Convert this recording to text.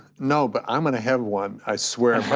no, but i'm gonna have one, i swear.